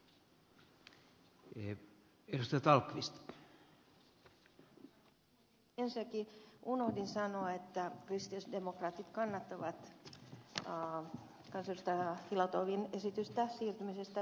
ensinnäkin unohdin sanoa että kristillisdemokraatit kannattavat kansanedustaja filatovin esitystä perustellusta päiväjärjestykseen siirtymisestä